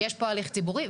יש פה הליך ציבורי.